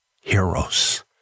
heroes